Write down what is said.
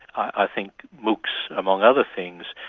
i think moocs, among other things,